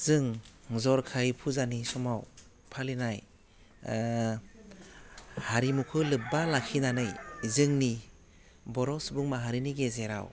जों जर'खायै फुजानि समाव फालिनाय हारिमुखौ लोब्बा लाखिनानै जोंनि बर' सुबुं माहारिनि गेजेराव